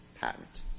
patent